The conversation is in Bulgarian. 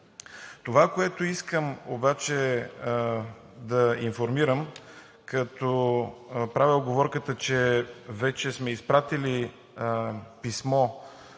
Това, което обаче искам да информирам, като правя уговорката, че вече сме изпратили писмо